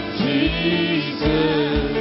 Jesus